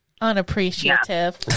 unappreciative